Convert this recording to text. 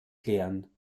klären